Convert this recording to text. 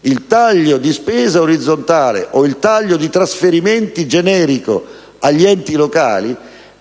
Il taglio di spesa orizzontale o il taglio di trasferimenti generico agli enti locali